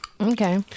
Okay